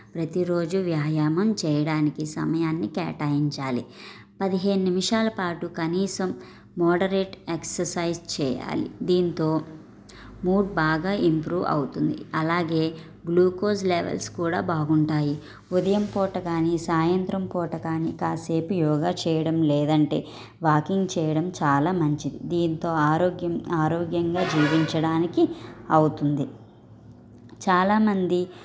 ప్రతిరోజు వ్యాయామం చేయడానికి సమయాన్ని కేటాయించాలి పదిహేను నిమిషాల పాటు కనీసం మోడరేట్ ఎక్ససైజ్ చేయాలి దీంతో మూడ్ బాగా ఇంప్రూవ్ అవుతుంది అలాగే గ్లూకోజ్ లెవెల్స్ కూడా బాగుంటాయి ఉదయం పూట గానీ సాయంత్రం పూట కానీ కాసేపు యోగా చేయడం లేదంటే వాకింగ్ చేయడం చాలా మంచిది దీంతో ఆరోగ్యం ఆరోగ్యంగా జీవించడానికి అవుతుంది చాలామంది